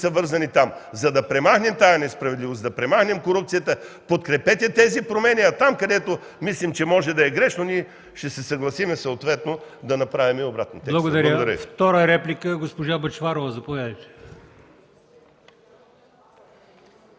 са вързани там. За да премахнем тази несправедливост, да премахнем корупцията, подкрепете тези промени, а там, където мислим, че може да е грешно, ще се съгласим съответно да направим обратни...